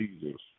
Jesus